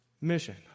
mission